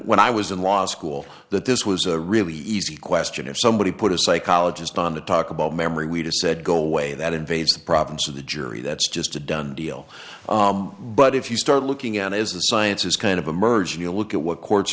when i was in law school that this was a really easy question if somebody put a psychologist on to talk about memory we just said go away that invades the province of the jury that's just a done deal but if you start looking at it as a science is kind of a merger you look at what courts